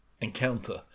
Encounter